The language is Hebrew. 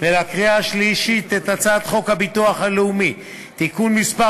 ולקריאה שלישית את הצעת חוק הביטוח הלאומי (תיקון מס'